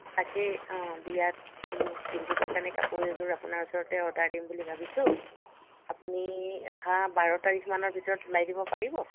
তাকে অঁ বিয়াত পিন্ধিবৰ কাৰণে কাপোৰ এযোৰ আপোনাৰ ওচৰতে অৰ্ডাৰ দিম বুলি ভাবিছোঁ আপুনি অহা বাৰ তাৰিখমানৰ ভিতৰত ওলাই দিব পাৰিব